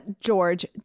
George